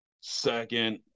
second